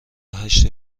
هشت